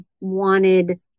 wanted